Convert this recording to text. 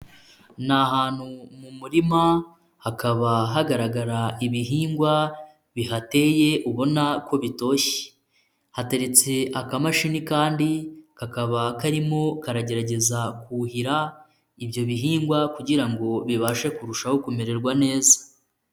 Ni ahantu mu murima hakaba hagaragara ibihingwa bihateye ubona ko bitoshye, hateretse akamashini kandi kakaba karimo karagerageza kuhira ibyo bihingwa kugira ngo bibashe kurushaho kumererwa neza.